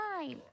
time